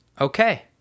Okay